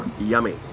Yummy